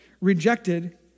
rejected